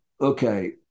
okay